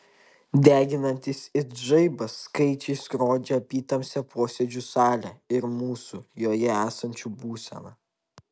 deginantys it žaibas skaičiai skrodžia apytamsę posėdžių salę ir mūsų joje esančių būseną